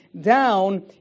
down